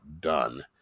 done